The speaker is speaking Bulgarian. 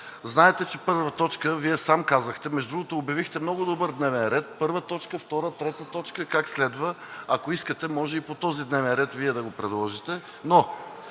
знаете, че първа точка… Вие сам казахте, между другото, обявихте много добър дневен ред – първа точка, втора, трета точка как следва, ако искате, може и по този дневен ред Вие да го предложите, но